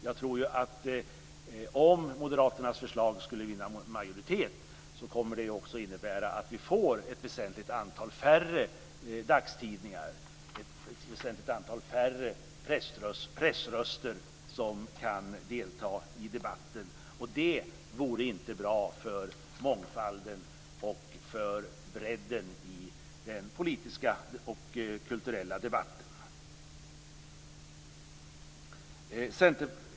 Jag tror att om moderaternas förslag skulle vinna majoritet, skulle det innebära att vi får väsentligt färre dagstidningar och pressröster i debatten, och det vore inte bra för mångfalden och bredden i den politiska och kulturella debatten.